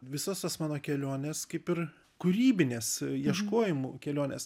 visos tos mano kelionės kaip ir kūrybinės ieškojimų kelionės